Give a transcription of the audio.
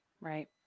right